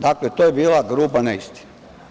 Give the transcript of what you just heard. Dakle, to je bila gruba neistina.